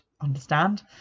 understand